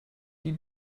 die